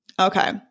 Okay